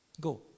go